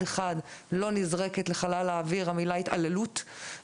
אחד לא נזרקת לחלל האוויר המילה התעללות,